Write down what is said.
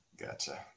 Gotcha